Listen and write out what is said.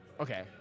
Okay